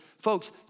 folks